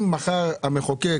אם מחר המחוקק,